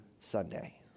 Sunday